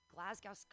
Glasgow